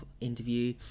interview